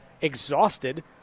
exhausted